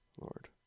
Lord